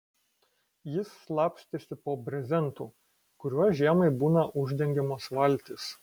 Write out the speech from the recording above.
jis slapstėsi po brezentu kuriuo žiemai būna uždengiamos valtys